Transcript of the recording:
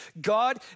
God